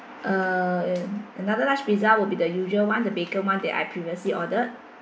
uh another large pizza will be the usual one the bacon one that I previously ordered